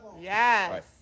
Yes